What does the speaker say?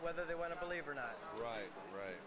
whether they want to believe or not right right